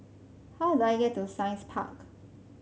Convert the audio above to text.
how do I get to Science Park